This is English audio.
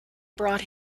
brought